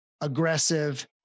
aggressive